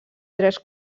tres